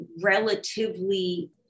relatively